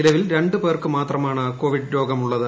നിലവിൽ രണ്ടു പേർക്ക് മാത്രമാണ് കോവിഡ് രോഗമുള്ളത്